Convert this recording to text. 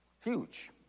Huge